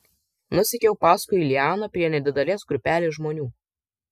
nusekiau paskui lianą prie nedidelės grupelės žmonių